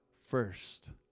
first